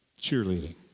cheerleading